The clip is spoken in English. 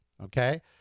Okay